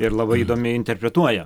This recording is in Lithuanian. ir labai įdomiai interpretuoja